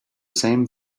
same